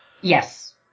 Yes